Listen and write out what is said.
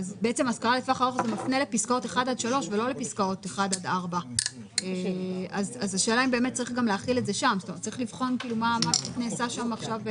עד 31 בדצמבר 2023. אני חושב שהייתה לנו השגה על הנקודה הזאת.